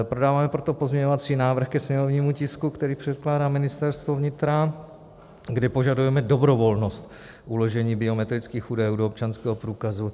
Podáváme proto pozměňovací návrh ke sněmovnímu tisku, který předkládá Ministerstvo vnitra, kde požadujeme dobrovolnost uložení biometrických údajů do občanského průkazu.